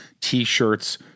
T-shirts